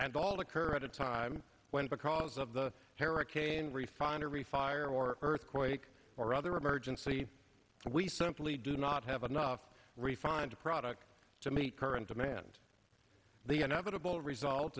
and all occur at a time when because of the cherokee and refinery fire or earthquake or other emergency we simply do not have enough refined product to meet current demand the inevitable result